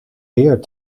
beer